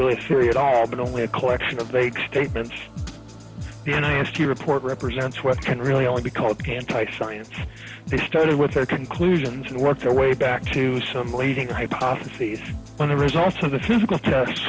really a theory at all but only a collection of vague statements and i asked to report represents what can really only be called anti science they started with their conclusions and work their way back to some leading hypotheses when the results of the physical test